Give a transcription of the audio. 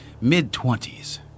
mid-twenties